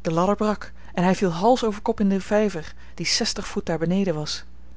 de ladder brak en hij viel hals over kop in den vijver die zestig voet daar beneden was